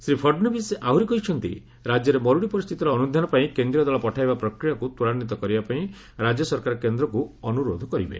ଶ୍ରୀ ଫଡ଼ନଭିସ୍ ଆହୁରି କହିଛନ୍ତି ରାଜ୍ୟରେ ମରୁଡ଼ି ପରିସ୍ଥିତିର ଅନୁଧ୍ୟାନ ପାଇଁ କେନ୍ଦ୍ରୀୟ ଦଳ ପଠାଇବା ପ୍ରକ୍ରିୟାକୁ ତ୍ୱରାନ୍ୱିତ କରିବାପାଇଁ ରାଜ୍ୟ ସରକାର କେନ୍ଦ୍ରକୁ ଅନୁରୋଧ କରିବେ